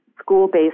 school-based